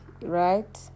Right